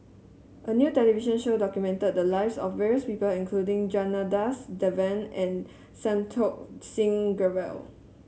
a new television show documented the lives of various people including Janadas Devan and Santokh Singh Grewal